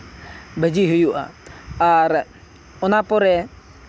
ᱵᱷᱟᱹᱡᱤ ᱦᱩᱭᱩᱜᱼᱟ ᱟᱨ ᱚᱱᱟ ᱯᱚᱨᱮ